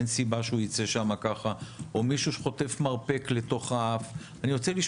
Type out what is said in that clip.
אין סיבה שהוא יצא משם ככה או מישהו שחוטף מרפק לתוך